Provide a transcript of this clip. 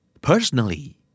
Personally